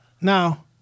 Now